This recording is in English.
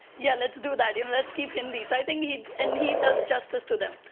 yeah. let's do that. and let's keep hindi. so i think he and he does justice to them.